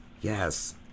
yes